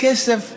כסף למחבלים.